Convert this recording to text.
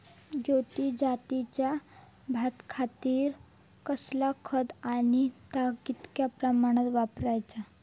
ज्योती जातीच्या भाताखातीर कसला खत आणि ता कितक्या प्रमाणात वापराचा?